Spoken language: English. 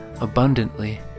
abundantly